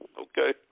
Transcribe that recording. Okay